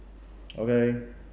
okay